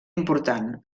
important